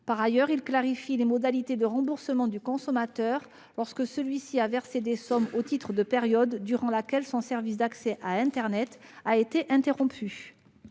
il tend à clarifier les modalités de remboursement du consommateur lorsque celui-ci a versé des sommes au titre d'une période durant laquelle son service d'accès à internet a été interrompu.